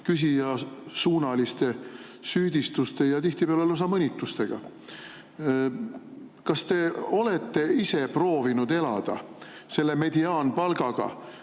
küsijasuunaliste süüdistuste ja tihtipeale lausa mõnitustega. Kas te olete ise proovinud elada selle mediaanpalgaga,